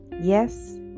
Yes